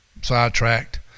sidetracked